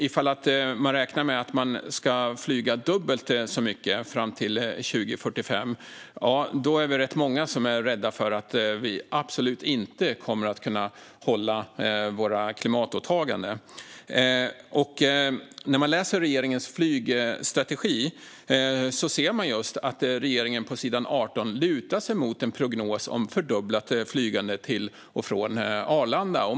Ifall man räknar med att människor ska flyga dubbelt så mycket fram till 2045 är vi rätt många som är rädda för att vi absolut inte kommer att kunna hålla våra klimatåtaganden. När man läser regeringens flygstrategi ser man att regeringen på s. 18 lutar sig mot en prognos om ett fördubblat flygande till och från Arlanda.